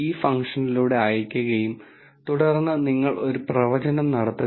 ഈ കോഴ്സിൽ നിങ്ങൾ പച്ചയിൽ കാണുന്ന ടെക്നിക്കുകളുടെ അടിസ്ഥാനത്തിൽ ഞാൻ കുറച്ച് കളർ കോഡിംഗ് നടത്തി